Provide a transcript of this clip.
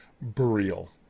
Burial